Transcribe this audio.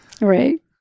right